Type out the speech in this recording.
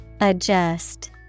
Adjust